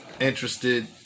interested